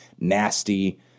nasty